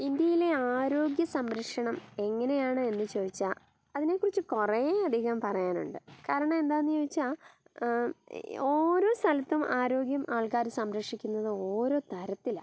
ഇന്ത്യയിലെ ആരോഗ്യ സംരക്ഷണം എങ്ങനെയാണ് എന്ന് ചോദിച്ചാൽ അതിനെക്കുറിച്ച് കുറേ അധികം പറയാനുണ്ട് കാരണം എന്താണെന്ന് ചോദിച്ചാൽ ഓരോ സ്ഥലത്തും ആരോഗ്യം ആൾക്കാർ സംരക്ഷിക്കുന്നത് ഓരോ തരത്തിലാ